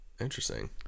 Interesting